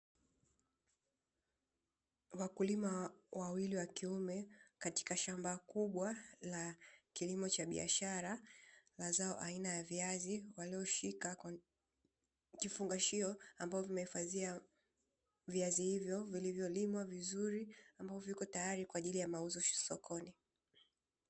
Wakulima wawili wa kiume katika shamba kubwa la kilimo cha biashara la zao aina ya viazi, walioshika kifungashio ambavyo vimehifadhia viazi hivyo vilivyolimwa vizuri; ambavyo viko tayari kwa ajili ya mauzo sokoni.